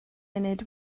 munud